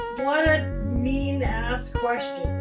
what a mean ass question.